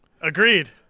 agreed